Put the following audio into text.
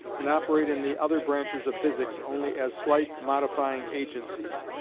and operate in the other branches of physics only as slight modifying agencies,